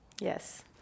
Yes